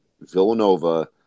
Villanova